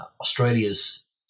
Australia's